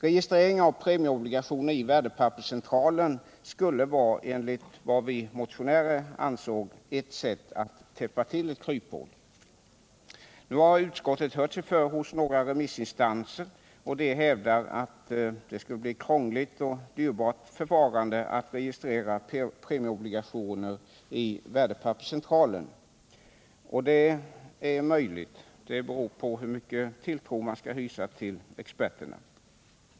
Registrering av premieobligationer i Värdepapperscentralen skulle enligt vad vi motionärer anser vara ett sätt att täppa till ett kryphål. Nu har utskottet hört sig för hos några remissinstanser, och de hävdar att det skulle bli ett krångligt och dyrbart förfarande att registrera premie 125 obligationer i Värdepapperscentralen, och det är möjligt att man får hysa tilltro till experterna på den punkten.